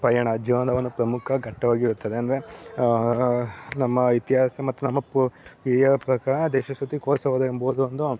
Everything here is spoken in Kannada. ಪಯಣ ಜೀವನದ ಒಂದು ಪ್ರಮುಖ ಘಟ್ಟವಾಗಿರುತ್ತದೆ ಅಂದರೆ ನಮ್ಮ ಇತಿಹಾಸ ಮತ್ತು ನಮ್ಮ ಪು ಹಿರಿಯರ ಪ್ರಕಾರ ದೇಶ ಸುತ್ತಿ ಕೋಶ ಓದು ಎಂಬುವುದೊಂದು